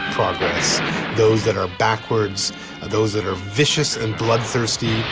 progress those that are backwards are those that are vicious and bloodthirsty